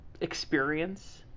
experience